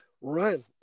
run